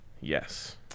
yes